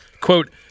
quote